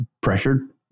pressured